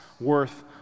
worth